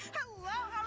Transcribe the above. hello, how are